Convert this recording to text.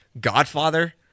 godfather